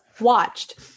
watched